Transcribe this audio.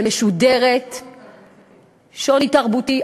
שוני תרבותי.